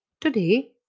today